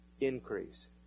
increase